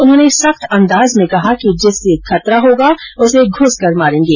उन्होंने सख्त अंदाज में कहा कि जिससे खतरा होगा उसे घुसकर मारेंगे